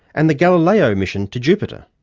and the galileo mission to jupiter.